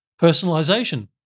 personalization